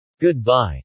Goodbye